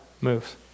moves